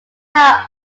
town